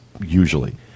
usually